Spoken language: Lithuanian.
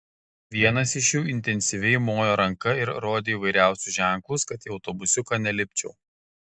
vienas iš jų intensyviai mojo ranka ir rodė įvairiausius ženklus kad į autobusiuką nelipčiau